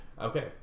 Okay